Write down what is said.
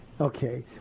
Okay